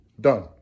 done